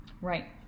Right